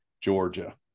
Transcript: georgia